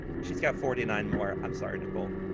she's got forty nine more. i'm sorry, nicole.